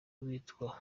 witwa